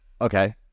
okay